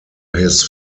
his